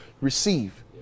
receive